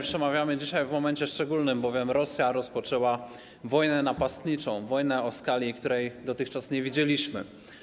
Przemawiamy dzisiaj w momencie szczególnym, bowiem Rosja rozpoczęła wojnę napastniczą, wojnę o skali, której dotychczas nie widzieliśmy.